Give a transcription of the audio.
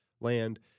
land